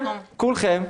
כולכם,